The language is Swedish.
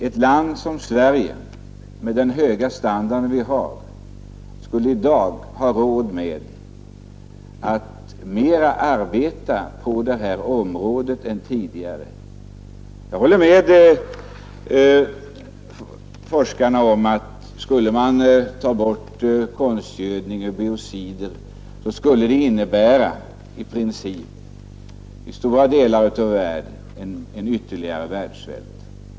Ett land som Sverige med den höga standard det har har råd att arbeta mera på detta område. Jag håller med forskarna om att skulle man överallt i världen sluta att använda konstgödning och biocider skulle det i princip innebära ytterligare svält i stora delar av världen.